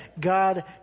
god